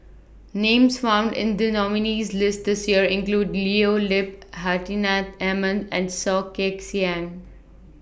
Names found in The nominees' list This Year include Leo Yip Hartinah Ahmad and Soh Kay Siang